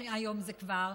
היום זה כבר,